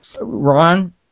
Ron